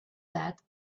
that